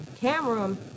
camera